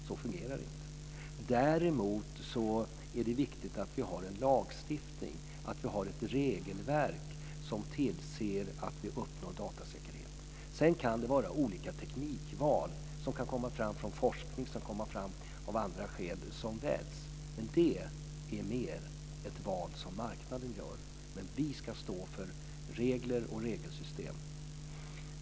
Så fungerar det inte. Däremot är det viktigt att vi har en lagstiftning, ett regelverk, som tillser att vi uppnår datasäkerhet. Sedan kan det vara olika teknik som kan komma fram från forskning eller av andra skäl som väljs. Det är mer ett val som marknaden gör, men vi ska stå för regler och regelsystem.